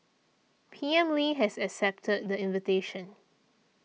P M Lee has accepted the invitation